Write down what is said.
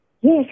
Yes